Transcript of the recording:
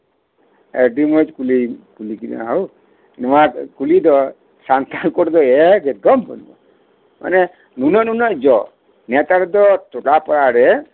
ᱟᱹᱰᱤ ᱢᱚᱸᱡᱽ ᱠᱩᱞᱤᱢ ᱠᱩᱞᱤ ᱠᱮᱫᱤᱧᱟ ᱦᱳ ᱱᱚᱶᱟ ᱠᱩᱞᱤ ᱫᱚ ᱥᱟᱱᱛᱟᱲ ᱠᱚᱣᱟᱜ ᱫᱚ ᱮᱠᱫᱚᱢ ᱜᱮ ᱵᱟᱹᱱᱩᱜᱼᱟ ᱢᱟᱱᱮ ᱱᱩᱱᱟᱹᱜ ᱱᱩᱱᱟᱹᱜ ᱡᱚᱢ ᱱᱮᱛᱟᱨ ᱫᱚ ᱴᱳᱞᱟ ᱯᱟᱲᱟᱨᱮ